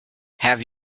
have